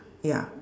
ya